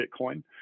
Bitcoin